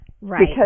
Right